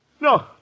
No